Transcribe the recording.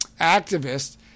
activists